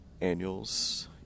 annuals